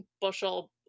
bushel